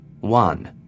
One